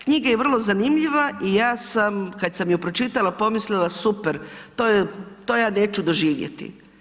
Knjiga je vrlo zanimljiva i ja sam kad sam ju pročitala, pomislila super, to ja neću doživjeti.